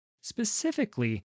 specifically